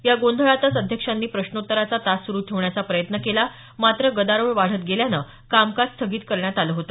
या गोंधळातच अध्यक्षांनी प्रश्नोत्तराचा तास सुरु ठेवण्याचा प्रयत्न केला मात्र गदारोळ वाढत गेल्यानं कामकाज स्थगित करण्यात आलं होत